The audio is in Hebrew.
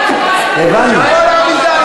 פופוליסט, פופוליסט.